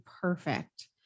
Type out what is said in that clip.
perfect